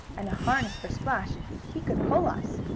and a harness for splash, he could pull us.